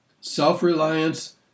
self-reliance